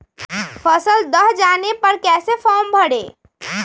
फसल दह जाने पर कैसे फॉर्म भरे?